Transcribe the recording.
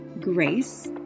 grace